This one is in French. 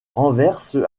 renverse